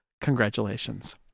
Congratulations